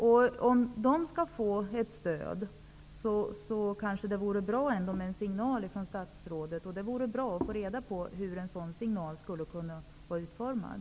Det vore bra med en signal från statsrådet, så att dessa elever kan få stöd. Det skulle vara bra att få reda på hur en sådan signal skulle kunna vara utformad.